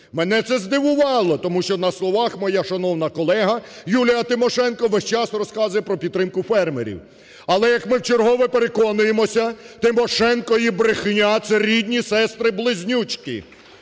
Мене це здивувало, тому що на словах моя шановна колега Юлія Тимошенко весь час розказує про підтримку фермерів. Але, як ми вчергове переконуємося, Тимошенко і брехня – це рідні сестри-близнючки.